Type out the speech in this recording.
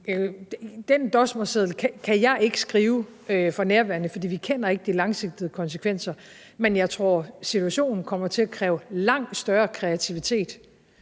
den dosmerseddel kan jeg ikke skrive for nærværende, for vi kender ikke de langsigtede konsekvenser. Men jeg tror, situationen kommer til at kræve langt større kreativitet,